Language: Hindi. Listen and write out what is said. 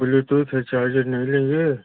ब्लूटूथ या चार्जर नही लेंगे